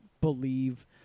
believe